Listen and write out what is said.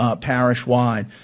parish-wide